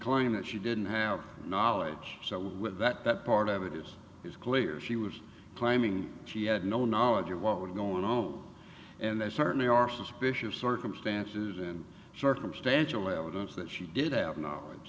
claimed that she didn't have knowledge so with that part of it it was clear she was claiming she had no knowledge of what was going on and there certainly are suspicious circumstances and circumstantial evidence that she did have knowledge